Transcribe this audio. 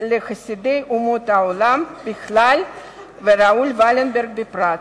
לחסידי אומות העולם בכלל ולראול ולנברג בפרט.